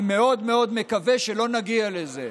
אני מאוד מאוד מקווה שלא נגיע לזה.